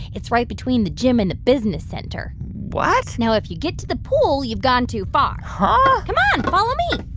it's right between the gym and the business center what? now, if you get to the pool, you've gone too far huh? come on, follow me.